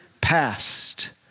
past